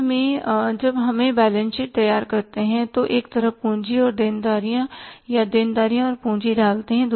अंत में जब हम बैलेंस शीट तैयार करते हैं तो हम एक तरफ पूंजी और देनदारियों या देनदारियों और पूंजी डालते हैं